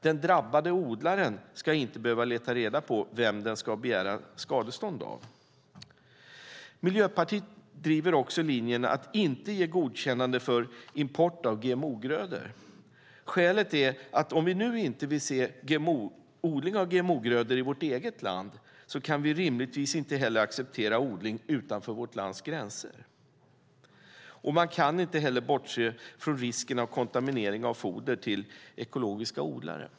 Den drabbade odlaren ska inte behöva leta reda på vem den ska begära skadestånd av. Miljöpartiet driver också linjen att man inte ska ge godkännande för import av GMO-grödor. Skälet är att vi, om vi nu inte vill se odling av GMO-grödor i vårt eget land, rimligtvis inte heller kan acceptera odling utanför vårt lands gränser. Man kan inte heller bortse från risken för kontaminering av foder till ekologiska odlare.